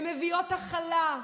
הן מביאות הכלה.